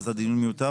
אם כן, הדיון מיותר?